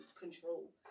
control